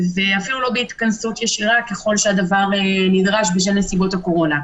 אפילו לא בהתכנסות ישירה ככל שהדבר נדרש בשל נסיבות הקורונה.